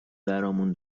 برامون